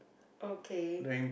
okay